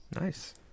Nice